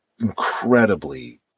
incredibly